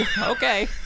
Okay